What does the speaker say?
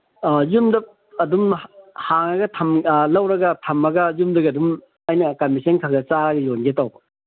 ꯑꯥ ꯌꯨꯝꯗ ꯑꯗꯨꯝ ꯂꯧꯔꯒ ꯊꯝꯃꯒ ꯌꯨꯝꯗꯒꯤ ꯑꯗꯨꯝ ꯑꯩꯅ ꯀꯃꯤꯁꯟ ꯈꯔ ꯈꯔ ꯆꯥꯔꯒ ꯌꯣꯟꯒꯦ ꯇꯧꯕ